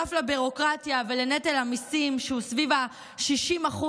נוסף לביורוקרטיה ולנטל המיסים שהוא סביב ה-60%,